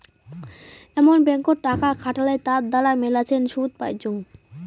এমন ব্যাঙ্কত টাকা খাটালে তার দ্বারা মেলাছেন শুধ পাইচুঙ